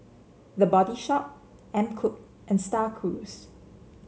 The Body Shop MKUP and Star Cruise